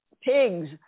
pigs